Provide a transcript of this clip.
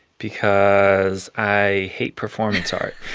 because i hate performance art